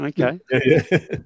Okay